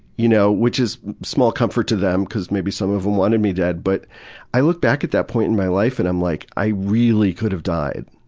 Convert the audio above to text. you know which is small comfort to them, because maybe some of them wanted me dead, but i look back at that point in my life and i'm like, i reeeeeally could've died.